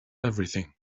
everything